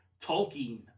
Tolkien